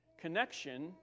connection